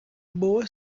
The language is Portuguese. boa